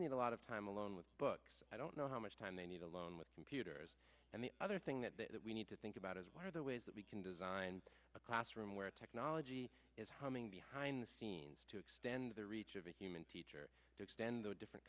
need a lot of time alone with books i don't know how much time they need alone with computers and the other thing that we need to think about is what are the ways that we can design a classroom where technology is humming behind the scenes to extend the reach of a human teacher to extend the different